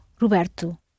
Roberto